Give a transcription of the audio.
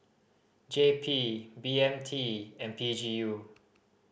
J P B M T and P G U